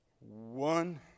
one